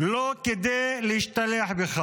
לא כדי להשתלח בך